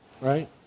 right